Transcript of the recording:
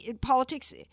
politics